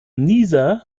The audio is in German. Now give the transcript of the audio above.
nieser